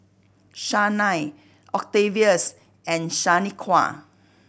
Shanae Octavius and Shaniqua